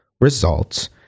results